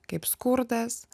kaip skurdas